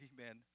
Amen